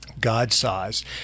God-sized